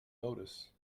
notice